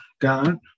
God